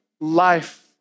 life